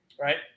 Right